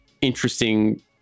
interesting